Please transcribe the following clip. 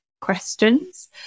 questions